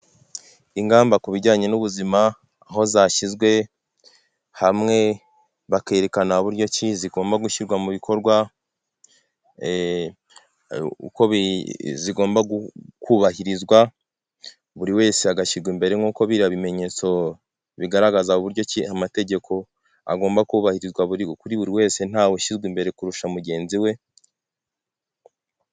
Ingamba ku bijyanye n'ubuzima aho zashyizwe hamwe bakerekana buryo zigomba gushyirwa mu bikorwa, zigomba kubahirizwa buri wese agashyirwa imbere nk'uko biriya bimenyetso bigaragaza uburyo ki amategeko agomba kubahirizwa kuri buri wese ntawe ushyizwe imbere kurusha mugenzi we.